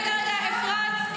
רגע, רגע, אפרת.